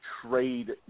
trade